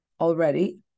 already